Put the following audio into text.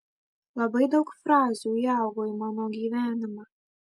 labai daug frazių įaugo į mano gyvenimą